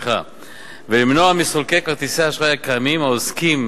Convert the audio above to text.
ולמנוע מסולקי כרטיסי האשראי הקיימים, העוסקים